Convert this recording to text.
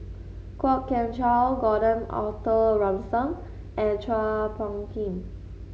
Kwok Kian Chow Gordon Arthur Ransome and Chua Phung Kim